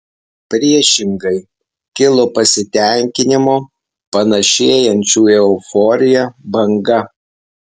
priešingai kilo pasitenkinimo panašėjančio į euforiją banga